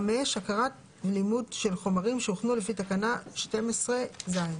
הכרת ולימוד חומרים שהוכנו לפי תקנה 1(ז).